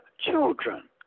children